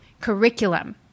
curriculum